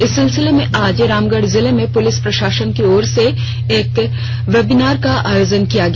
इस सिलसिले में आज रामगढ़ जिले में पुलिस प्रशासने की ओर से एक वेबिनार का आयोजन किया गया